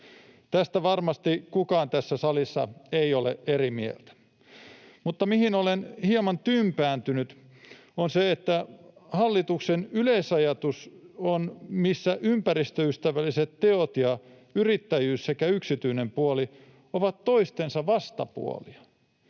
Tästä varmasti kukaan tässä salissa ei ole eri mieltä. Mutta mihin olen hieman tympääntynyt, on se, että hallituksen yleisajatus on, että ympäristöystävälliset teot ja yrittäjyys sekä yksityinen puoli ovat toistensa vastapuolia.